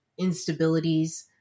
instabilities